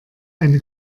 eine